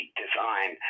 design